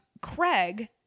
Craig